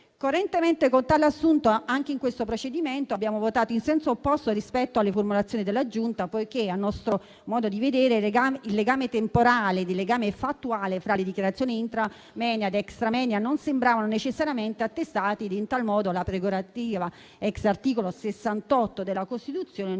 Coerentemente con il suddetto assunto, anche in questo procedimento abbiamo votato in senso opposto rispetto alle formulazioni della Giunta, poiché, a nostro modo di vedere, il legame temporale e il legame fattuale fra le dichiarazioni *intramoenia* ed *extramoenia* non sembravano necessariamente attestati, e in tal modo la prerogativa *ex* articolo 68 della Costituzione non avrebbe